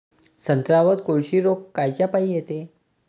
संत्र्यावर कोळशी रोग कायच्यापाई येते?